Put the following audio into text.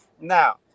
now